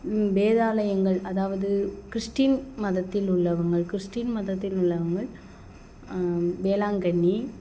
வேதாலயங்கள் அதாவது கிறிஷ்டின் மதத்தில் உள்ளவங்க கிறிஸ்டின் மதத்தில் உள்ளவங்க வேளாங்கண்ணி